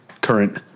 current